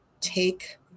take